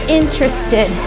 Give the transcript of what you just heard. interested